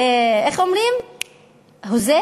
איך אומרים הוֹזֶה?